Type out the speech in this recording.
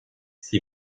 six